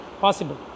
Possible